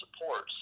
supports